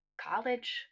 college